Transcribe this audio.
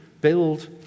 build